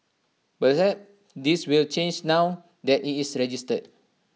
perhaps this will change now that IT is registered